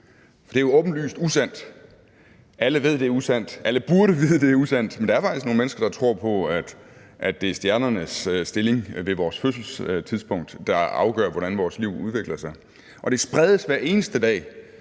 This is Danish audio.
For det er jo åbenlyst usandt. Alle ved, det er usandt, alle burde vide, det er usandt, men der er faktisk nogle mennesker, der tror på, at det er stjernernes stilling ved vores fødselstidspunkt, der afgør, hvordan vores liv udvikler sig. Og det spredes hver eneste dag